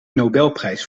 nobelprijs